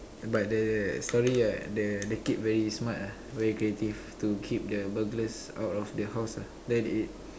but the story right the the kid very smart ah very creative to keep the burglars out of the house ah then it